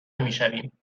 میشویم